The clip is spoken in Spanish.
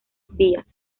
vías